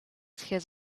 hears